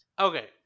Okay